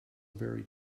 very